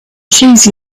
cheese